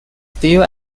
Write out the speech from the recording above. still